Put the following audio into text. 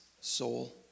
soul